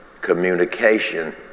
communication